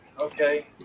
okay